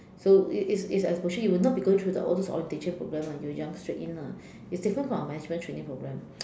so it it like especially you'll not be going through all those orientation program lah you'll jump straight in lah it's different from management training program